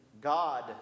God